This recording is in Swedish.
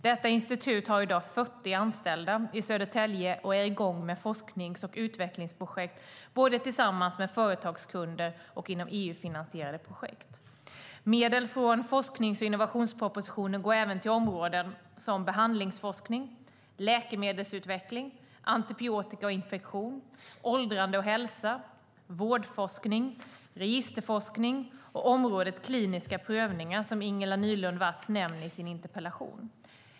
Detta institut har i dag 40 anställda i Södertälje och är i gång med forsknings och utvecklingsprojekt både tillsammans med företagskunder och inom EU-finansierade projekt. Medel från forsknings och innovationspropositionen går även till områden som behandlingsforskning, läkemedelsutveckling, antibiotika och infektion, åldrande och hälsa, vårdforskning, registerforskning och området kliniska prövningar, som Ingela Nylund Watz nämner i sin interpellation.